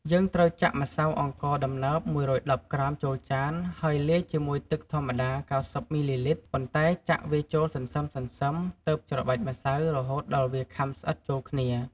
យើងត្រូវចាក់ម្សៅអង្ករដំណើប ១១០ក្រាមចូលចាន ហើយលាយជាមួយទឹកធម្មតា ៩០ មីលីលីត្រ ប៉ុន្តែចាក់វាចូលសន្សឹមៗ ទើបច្របាច់ម្សៅរហូតដល់វាខាំស្អិតចូលគ្នា។